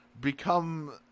become